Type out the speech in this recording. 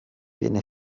viene